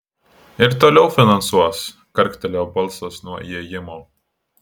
ir toliau finansuos karktelėjo balsas nuo įėjimo